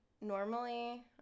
normally